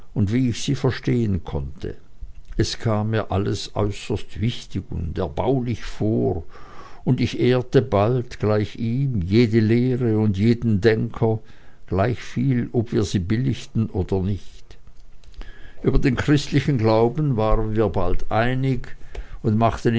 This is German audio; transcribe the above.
wie ich sie verstehen konnte es kam mir alles äußerst wichtig und erbaulich vor und ich ehrte bald gleich ihm jede lehre und jeden denker gleichviel ob wir sie billigten oder nicht über den christlichen glauben waren wir bald einig und machten